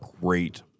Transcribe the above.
great